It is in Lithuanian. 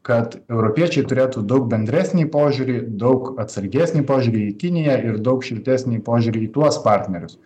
kad europiečiai turėtų daug bendresnį požiūrį daug atsargesnį požiūrį į kiniją ir daug šiltesnį požiūrį į tuos partnerius